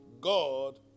God